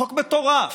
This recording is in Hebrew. חוק מטורף.